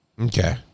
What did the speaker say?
Okay